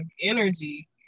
energy